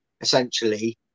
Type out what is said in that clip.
essentially